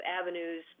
avenues